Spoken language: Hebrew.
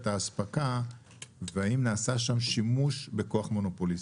האספקה והאם נעשה שם שימוש בכוח מונופוליסטי?